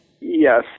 Yes